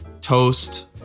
toast